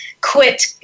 quit